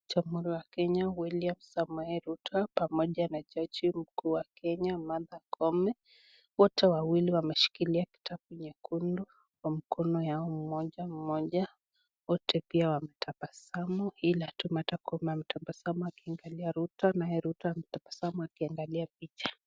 Jumhuri wa kenya Wiliam Samoei Ruto pamoja na jaji mkuu wa Kenya Matha Koome, wote wawili wameshikilia kitabu nyekundu, kwa mikono yao moja moja, wote pia wametabasamu ila kuna ametabasamu akimwagalia Ruto, naye Ruto ametabasamu akiangalia picha.